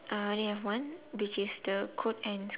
uh she gave me already